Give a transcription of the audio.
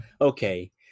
okay